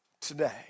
today